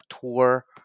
tour